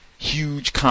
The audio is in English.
huge